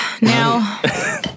now